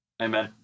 Amen